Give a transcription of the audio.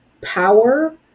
power